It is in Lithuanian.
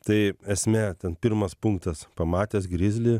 tai esmė ten pirmas punktas pamatęs grizlį